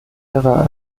ihrer